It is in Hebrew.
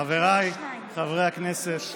חבריי חברי הכנסת,